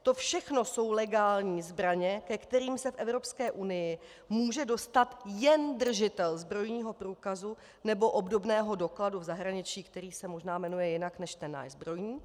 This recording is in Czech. To všechno jsou legální zbraně, ke kterým se v Evropské unii může dostat jen držitel zbrojního průkazu nebo obdobného dokladu v zahraničí, který se možná jmenuje jinak než ten náš zbrojní.